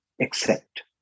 accept